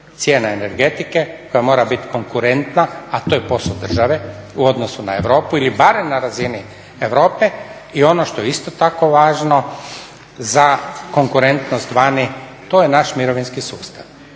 cijena energetike koja mora biti konkurentna a to je posao države u odnosu na Europu ili barem na razini Europe i ono što je isto tako važno za konkurentnost vani to je naš mirovinski sustav